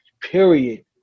period